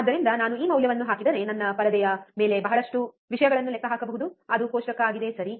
ಆದ್ದರಿಂದ ನಾನು ಈ ಮೌಲ್ಯವನ್ನು ಹಾಕಿದರೆ ನನ್ನ ಪರದೆಯ ಮೇಲೆ ಬಹಳಷ್ಟು ವಿಷಯಗಳನ್ನು ಲೆಕ್ಕ ಹಾಕಬಹುದು ಅದು ಕೊಷ್ಟಕ ಆಗಿದೆ ಸರಿ